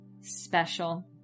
special